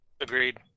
Agreed